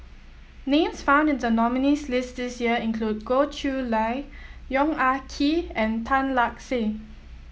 names found in the nominees' list this year include Goh Chiew Lye Yong Ah Kee and Tan Lark Sye